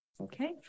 okay